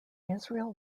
israel